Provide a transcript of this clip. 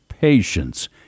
patience